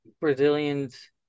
Brazilians